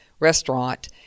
restaurant